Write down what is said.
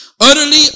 Utterly